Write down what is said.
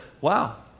wow